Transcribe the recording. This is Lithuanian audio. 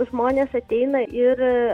žmonės ateina ir